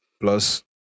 plus